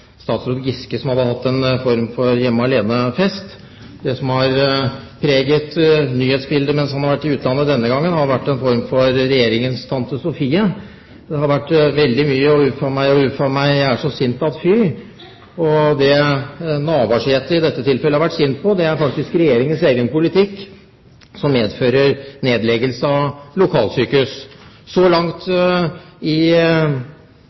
statsråd Giske som hadde hatt en form for hjemme alene-fest. Det som har preget nyhetsbildet mens han har vært i utlandet denne gangen, har vært en form for Regjeringens Tante Sofie. Det har vært veldig mye «Å huffamei å huffamei, jeg er så sint så fy!» Det Navarsete i dette tilfellet har vært sint på, er faktisk Regjeringens egen politikk, som medfører nedleggelse av lokalsykehus. Så langt i